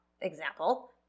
example